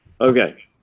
Okay